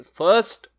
first